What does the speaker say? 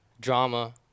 drama